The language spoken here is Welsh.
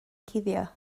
cuddio